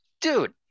dude